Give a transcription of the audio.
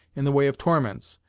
in the way of torments,